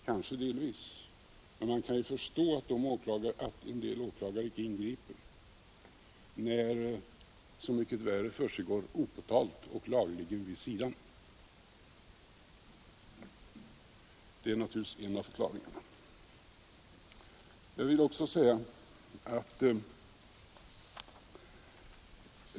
Kanske delvis, men man kan förstå att en del åklagare icke ingriper när så mycket värre ting försiggår opåtalt och lagligen vid sidan. Det är naturligtvis en av förklaringarna.